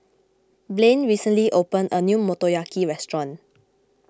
Blane recently opened a new Motoyaki restaurant